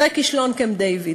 אחרי כישלון קמפ-דייוויד.